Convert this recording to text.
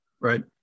Right